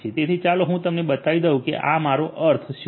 તેથી ચાલો હું તમને બતાવી દઉં કે આનો મારો અર્થ શું છે